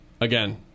again